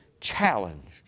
challenged